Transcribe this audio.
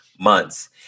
months